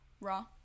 Raw